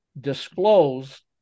disclosed